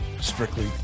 Strictly